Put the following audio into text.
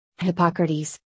Hippocrates